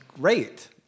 great